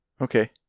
Okay